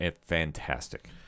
fantastic